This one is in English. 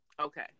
Okay